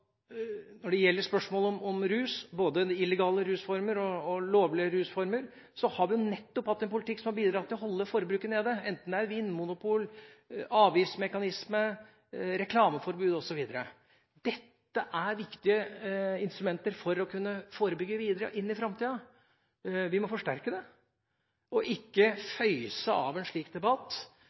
Når det gjelder spørsmålet om rus – både illegale rusformer og lovlige rusformer – har vi hatt en politikk som nettopp har bidratt til å holde forbruket nede, enten det er snakk om vinmonopol, avgiftsmekanismer, reklameforbud osv. Dette er viktige instrumenter for å kunne forebygge videre inn i framtida. Vi må forsterke det, og ikke føyse av en slik debatt